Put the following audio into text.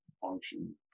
function